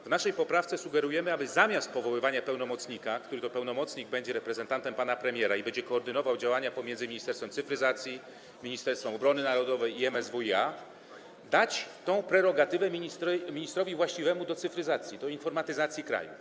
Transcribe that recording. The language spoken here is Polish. W naszej poprawce sugerujemy, aby zamiast powoływania pełnomocnika, który to pełnomocnik będzie reprezentantem pana premiera i będzie koordynował działania pomiędzy Ministerstwem Cyfryzacji, Ministerstwem Obrony Narodowej i MSWiA, dać tę prerogatywę ministrowi właściwemu do spraw cyfryzacji, do spraw informatyzacji kraju.